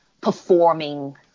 performing